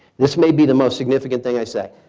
this may be the most significant thing i say,